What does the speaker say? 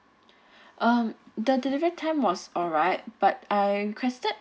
um the delivery time was alright but I requested